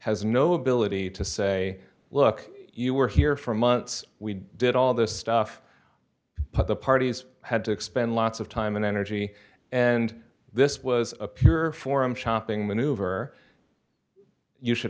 has no ability to say look you were here for months we did all this stuff but the parties had to expend lots of time and energy and this was a pure forum shopping maneuver you should